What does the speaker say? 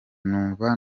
ndumva